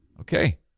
Okay